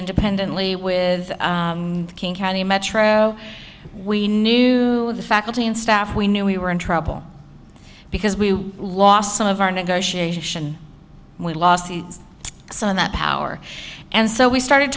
independently with king county metro we knew the faculty and staff we knew we were in trouble because we lost some of our negotiation and we lost some of that power and so we started